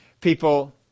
People